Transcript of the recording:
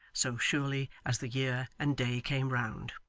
so surely as the year and day came round.